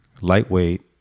lightweight